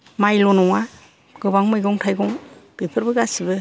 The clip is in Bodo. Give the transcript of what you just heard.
माइल' नङा गोबां मैगं थाइगं बेफोरबो गासैबो